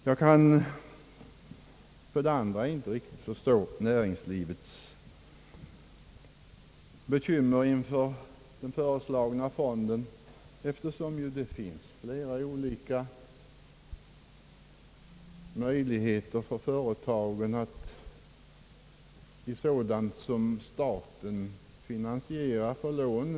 Jag kan för det andra inte riktigt förstå näringslivets bekymmer inför den föreslagna fonden, eftersom det finns flera olika möjligheter för företagen att få lån som staten finansierar.